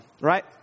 right